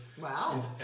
Wow